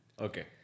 Okay